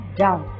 down